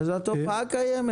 אז התופעה קיימת.